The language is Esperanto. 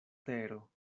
tero